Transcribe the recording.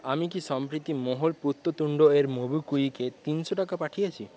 আমি কি সম্প্রতি মহুল পূততুণ্ড এর মোবিকুইক এ তিনশো টাকা পাঠিয়েছি